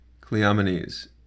Cleomenes